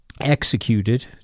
executed